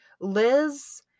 Liz